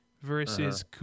versus